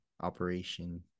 operation